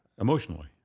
emotionally